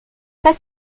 pas